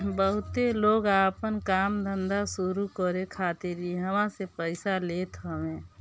बहुते लोग आपन काम धंधा शुरू करे खातिर इहवा से पइया लेत हवे